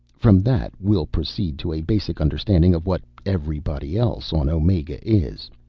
from that, we'll proceed to a basic understanding of what everybody else on omega is.